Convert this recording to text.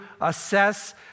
assess